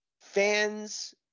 fans